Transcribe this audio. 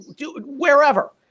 wherever